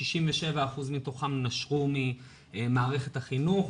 67% מתוכם נשרו ממערכת החינוך,